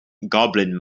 goblin